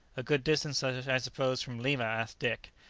a good distance, i suppose, from lima? asked dick.